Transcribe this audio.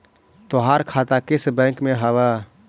तोहार खाता किस बैंक में हवअ